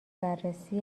بررسی